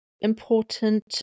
important